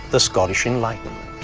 the scottish enlightenment.